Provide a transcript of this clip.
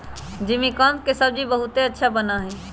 जिमीकंद के सब्जी बहुत अच्छा बना हई